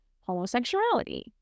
homosexuality